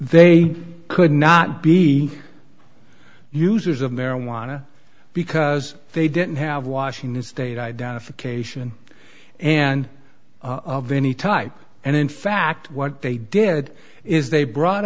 they could not be users of marijuana because they didn't have washington state identification and of any type and in fact what they did is they brought